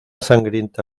sangrienta